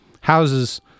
houses